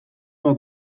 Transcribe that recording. bat